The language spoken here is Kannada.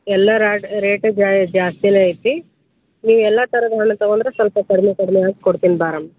ಎಲ್ಲ ರಾಟ್ ರೇಟು ಜಾಸ್ತಿಯೇ ಐತಿ ನೀವು ಎಲ್ಲ ಥರದ ಹಣ್ಣು ತೊಗೊಂಡ್ರೆ ಸ್ವಲ್ಪ ಕಡಿಮೆ ಕಡಿಮೆ ಹಾಕಿ ಕೊಡ್ತೀನಿ ಬಾರಮ್ಮ